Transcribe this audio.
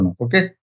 okay